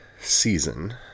season